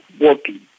working